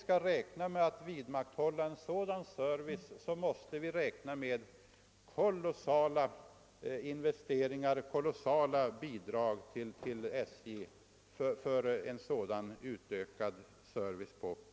Skall vi kunna bibehålla en sådan service, måste vi också räkna med mycket ökade bidrag till SJ.